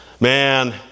Man